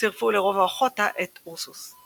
צירפו לרובע אוחוטה את אורסוס.